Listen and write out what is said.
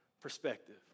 perspective